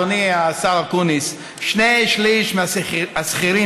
אדוני השר אקוניס: שני שלישים מהשכירים